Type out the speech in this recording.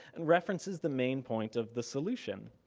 and references the main point of the solution.